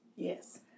Yes